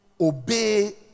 Obey